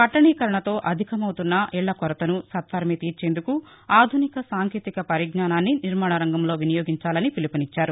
పట్టణీకరణతో అధికమవుతోన్న ఇళ్ల కొరతను సత్వరమే తీర్చేందుకు ఆధునిక సాంకేతిక పరిజ్ఞానాన్ని నిర్మాణ రంగంలో వినియోగించాలని పిలుపునిచ్చారు